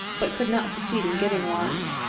but could not succeed in getting one.